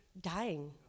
dying